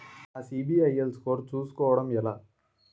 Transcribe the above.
నా సిబిఐఎల్ స్కోర్ చుస్కోవడం ఎలా?